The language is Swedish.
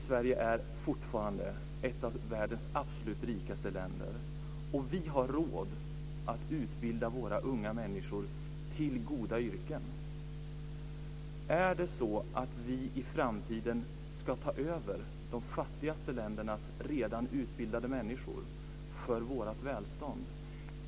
Sverige är fortfarande ett av världens absolut rikaste länder. Vi har råd att utbilda våra unga människor till goda yrken. Är det så att vi i framtiden ska ta över de fattigaste ländernas redan utbildade människor för vårt välstånd?